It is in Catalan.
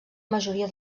majoria